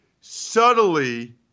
subtly